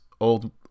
old